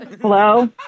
Hello